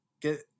get